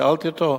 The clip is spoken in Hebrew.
שאלתי אותו: